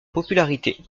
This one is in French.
popularité